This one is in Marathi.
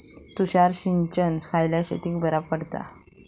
तुषार सिंचन खयल्या शेतीक बरा पडता?